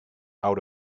out